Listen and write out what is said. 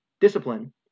Discipline